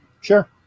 Sure